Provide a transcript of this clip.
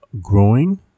growing